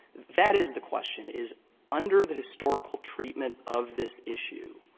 that is the question, is under the historical treatment of this issue,